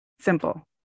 Simple